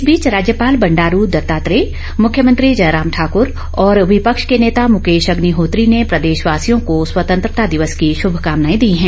इस बीच राज्यपाल बंडारू दत्तात्रे मुख्यमंत्री जयराम ठाकर और विपक्ष के नेता मुकेश अग्निहोत्री ने प्रदेश वासियों को स्वतंत्रता दिवस की श्रभकामनाएं दी है